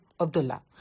Abdullah